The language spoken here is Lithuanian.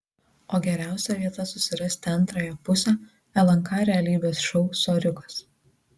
o geriausia vieta susirasti antrąją pusę lnk realybės šou soriukas